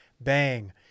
bang